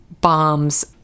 bombs